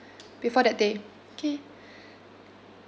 before that day okay